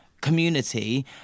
community